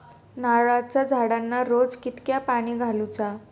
नारळाचा झाडांना रोज कितक्या पाणी घालुचा?